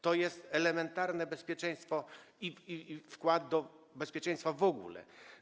To jest elementarne bezpieczeństwo i wkład w bezpieczeństwo w ogóle.